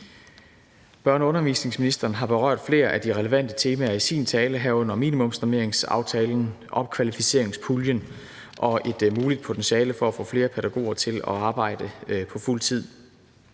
Børne- og undervisningsministeren har berørt flere af de relevante temaer i sin tale, herunder minimumsnormeringsaftalen, opkvalificeringspuljen og et muligt potentiale for at få flere pædagoger til at arbejde på fuldtid.